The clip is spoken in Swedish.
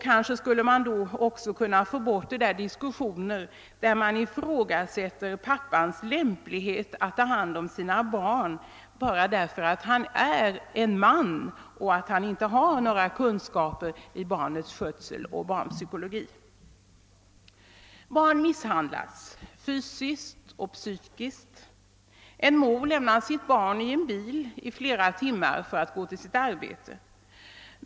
Kanske skulle man då också kunna få bort diskussioner där pappans lämplighet att ta hand om sina barn ifrågasättes bara därför att han är man och inte har några kunskaper om barnens skötsel och om barnpsykologi. Barn misshandlas fysiskt och psykiskt. En mor lämnar sitt barn ensamt i en bil i timmar för att gå till sitt arbete.